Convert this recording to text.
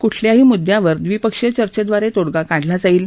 कुठल्याही मुद्यावर द्विपक्षीय चर्चेद्वारी तोडका काढला जाईल